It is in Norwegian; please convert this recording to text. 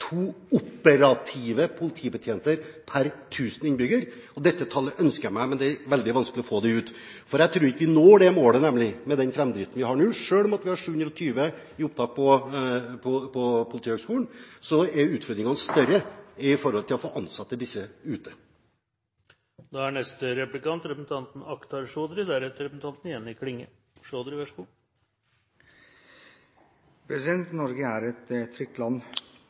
to operative politibetjenter per 1 000 innbyggere. Dette tallet ønsker jeg meg, men det er veldig vanskelig å få det ut. For jeg tror nemlig ikke vi når det målet med den framdriften vi har nå. Selv om vi har et opptak på 720 til Politihøgskolen, er utfordringene større når det gjelder å få ansatt disse ute. Norge er et trygt land.